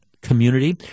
community